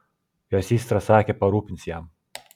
jo systra sakė parūpins jam